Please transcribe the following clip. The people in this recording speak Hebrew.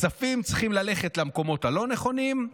הכספים צריכים ללכת למקומות הלא-נכונים.